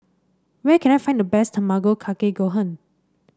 where can I find the best Tamago Kake Gohan